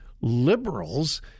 liberals